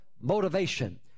motivation